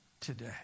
today